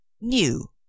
new